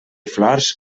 flors